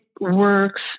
works